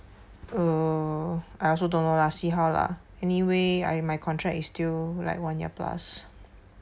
err I also don't know lah see how lah anyway I my contract is still like one year plus